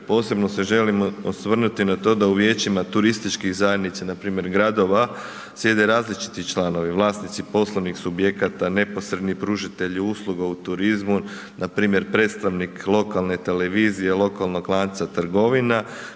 posebno se želim osvrnuti na to u vijećima turističkih zajednica, npr. gradova sjede različiti članovi, vlasnici poslovnih subjekata neposredni pružatelji usluga u turizmu npr. predstavnik lokalne televizije, lokalnog lanca trgovina